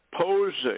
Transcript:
posing